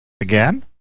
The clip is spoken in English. Again